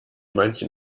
manchen